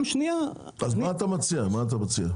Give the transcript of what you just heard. מה אתה מציע?